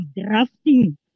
drafting